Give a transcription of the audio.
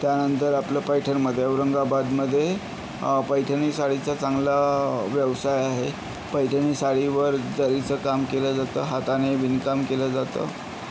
त्यानंतर आपलं पैठणमध्ये औरंगाबादमध्ये पैठणी साडीचा चांगला व्यवसाय आहे पैठणी साडीवर जरीचं काम केलं जातं हाताने विणकाम केलं जातं